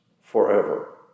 forever